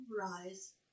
Rise